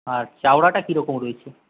আর চওড়াটা কী রকম রয়েছে